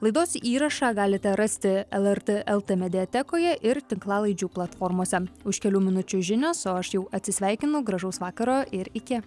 laidos įrašą galite rasti lrt lt mediatekoje ir tinklalaidžių platformose už kelių minučių žinios o aš jau atsisveikinu gražaus vakaro ir iki